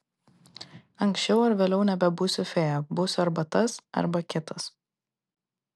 anksčiau ar vėliau nebebūsiu fėja būsiu arba tas arba kitas